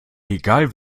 egal